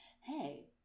hey